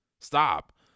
stop